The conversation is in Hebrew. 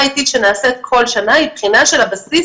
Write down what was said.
אני מצטער, היא ענתה לך שמדובר בבתי אב.